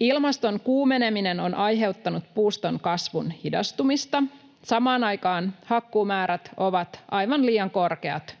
Ilmaston kuumeneminen on aiheuttanut puuston kasvun hidastumista. Samaan aikaan hakkuumäärät ovat aivan liian korkeat.